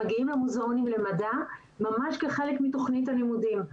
מגיעים למוזיאונים למדע ממש כחלק מתוכנית הלימודים.